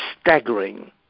staggering